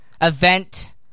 event